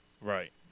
Right